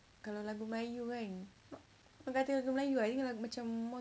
kalau lagu melayu kan lagu melayu I ingat macam more